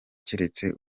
keretse